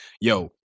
yo